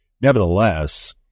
Nevertheless